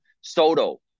soto